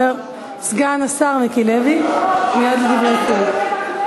סגן השר מיקי לוי, מייד לדברי סיום.